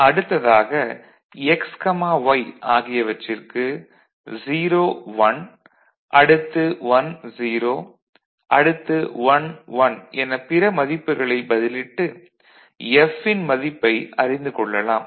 அடுத்தாக x y ஆகியவற்றிற்கு 01 அடுத்து 10 அடுத்து 11 என பிற மதிப்புகளைப் பதிலிட்டு F -ன் மதிப்பை அறிந்து கொள்ளலாம்